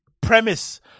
premise